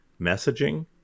messaging